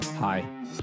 Hi